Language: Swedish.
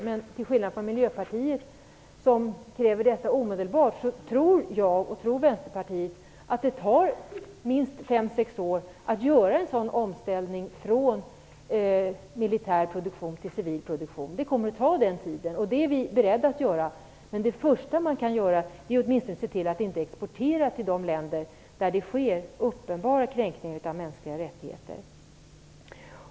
Men till skillnad från Miljöpartiet, som kräver detta omedelbart, tror jag och Vänsterpartiet att det tar minst fem sex år att göra en sådan omställning från militär produktion till civil produktion. Det kommer att ta den tiden. Det är vi beredda att acceptera. Men det första man kan göra är att åtminstone se till att inte exportera till de länder där det sker uppenbara kränkningar av mänskliga rättigheter.